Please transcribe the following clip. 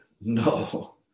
No